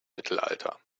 mittelalter